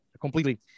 completely